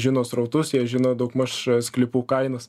žino srautus jie žino daugmaž sklypų kainas